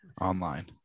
online